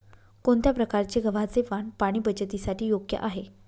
कोणत्या प्रकारचे गव्हाचे वाण पाणी बचतीसाठी योग्य आहे?